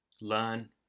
learn